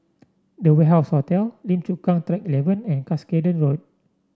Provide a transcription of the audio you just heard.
The Warehouse Hotel Lim Chu Kang Track Eleven and Cuscaden Road